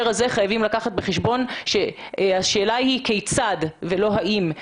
הזה אנחנו חייבים לקחת בחשבון שהרבה מאוד פעמים השאלה היא כיצד ולא האם.